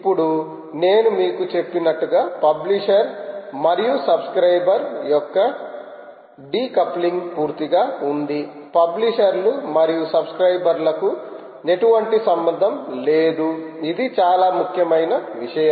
ఇప్పుడు నేను మీకు చెప్పినట్లుగా పబ్లిషర్ మరియు సబ్స్క్రయిబర్ యొక్క డికప్లింగ్ పూర్తిగా ఉంది పబ్లిషర్లు మరియు సబ్స్క్రయిబర్ లకు ఎటువంటి సంబంధం లేదు ఇది చాలా ముఖ్యమైన విషయం